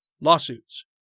lawsuits